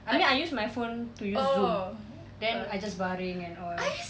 I mean I use my phone to use zoom then I just baring and all